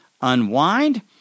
unwind